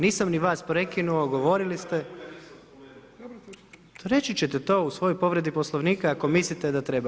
Nisam ni vas prekinuo, govorili ste. … [[Upadica se ne čuje.]] Reći ćete to u svojoj povredi Poslovnika ako mislite da treba.